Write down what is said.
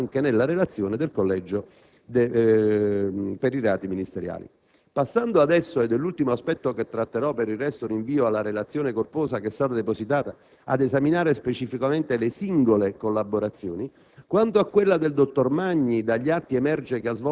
della XIV legislatura, e quanto ammesso anche nella relazione del Collegio per i reati ministeriali. Passo adesso - ed è l'ultimo aspetto che tratterò, per il resto rinvio alla relazione corposa che è stata depositata - ad esaminare specificamente le singole collaborazioni.